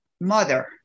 mother